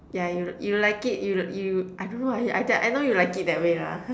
yeah you you like it you you I don't know I I know you like it that way lah